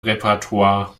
repertoir